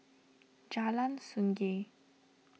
Jalan Sungei